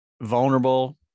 vulnerable